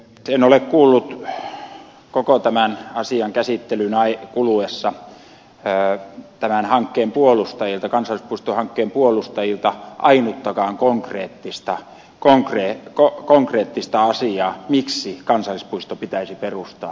en ole kuullut koko tämän asian käsittelyn kuluessa tämän hankkeen puolustajilta kansallispuistohankkeen puolustajilta ainuttakaan konkreettista asiaa miksi kansallispuisto pitäisi perustaa